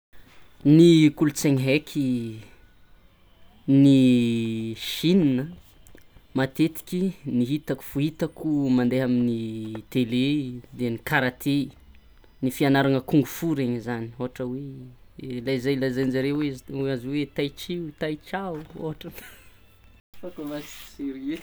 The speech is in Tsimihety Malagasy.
Ny kolontsaigny heky ny Sina matetiky ny hitako foita mandeha amin'ny tele de ny karate, ny fianarana kung fu reny zany ohatra ho le zay lazainjare sinoa azy taichi taicha ohatra fa kômansy.